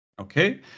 Okay